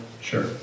Sure